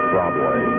Broadway